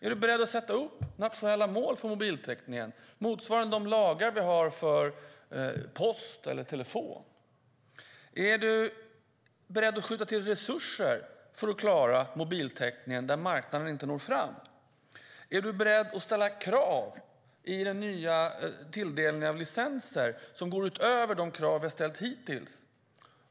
Är hon beredd att sätta upp nationella mål för mobiltäckningen motsvarande de lagar vi har för post och telefon? Är hon beredd att skjuta till resurser för att klara mobiltäckningen där marknaden inte når fram? Är hon beredd att ställa krav vid tilldelningen av nya licenser som går utöver de krav vi hittills ställt?